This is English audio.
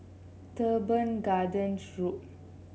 Teban Gardens Road